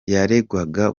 yaregwaga